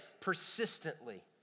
persistently